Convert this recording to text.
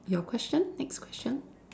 your question next question